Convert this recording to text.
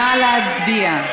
נא להצביע.